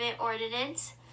ordinance